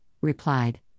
replied